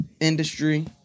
industry